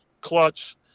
clutch